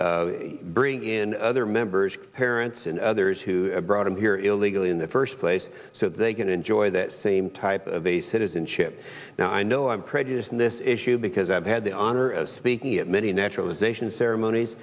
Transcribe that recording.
bring in other members parents and others who brought him here illegally in the first place so they can enjoy that same type of a citizenship now i know i'm prejudiced on this issue because i've had the honor of speaking at many naturalization ceremonies